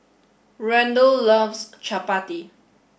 Randle loves Chapati